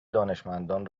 دانشمندان